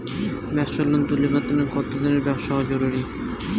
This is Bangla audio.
ব্যাবসার লোন তুলিবার তানে কতদিনের ব্যবসা হওয়া জরুরি?